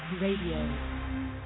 Radio